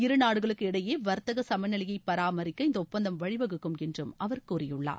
இருநாடுகளுக்குமிடையே வர்த்தக சமநிலையை பராமரிக்க இந்த ஒப்பந்தம் வழிவகுக்கும் என்றும் அவர் கூறியுள்ளார்